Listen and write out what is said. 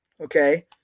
okay